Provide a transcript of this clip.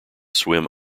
swim